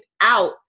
out